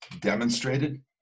demonstrated